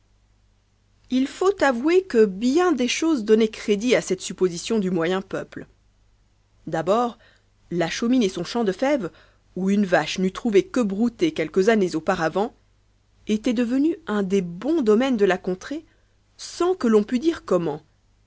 m faut avouer que bien des choses donnaient crédit a cette supposition du moyen peuple d'abord la chaumine et son champ de fèves où une vache n'eût trouvé que brouter quelques années auparavant étaient devenus un des bons domaines de la contrée sans que l'on pût dire comment